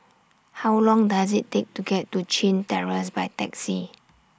How Long Does IT Take to get to Chin Terrace By Taxi